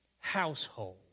household